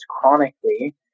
chronically